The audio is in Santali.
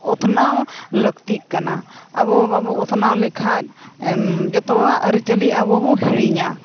ᱩᱛᱱᱟᱹᱣ ᱞᱟᱹᱠᱛᱤᱜ ᱠᱟᱱᱟ ᱟᱵᱚ ᱵᱟᱵᱚ ᱩᱛᱱᱟᱹᱣ ᱞᱮᱠᱷᱟᱡ ᱡᱚᱛᱚᱣᱟᱜ ᱟᱹᱨᱤᱪᱟᱹᱞᱤ ᱟᱵᱚ ᱵᱚ ᱦᱤᱲᱤᱧᱟ